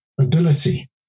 ability